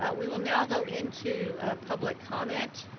ah we will now go into public comment.